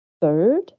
Third